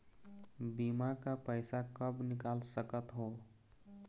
बीमा का पैसा कब निकाल सकत हो?